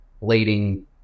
lading